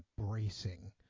embracing